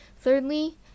Thirdly